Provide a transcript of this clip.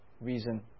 reason